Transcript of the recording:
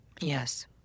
Yes